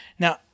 Now